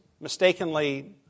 mistakenly